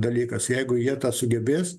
dalykas jeigu jie sugebės